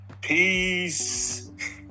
Peace